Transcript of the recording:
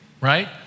right